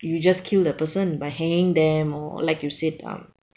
you just kill the person by hanging them or like you said um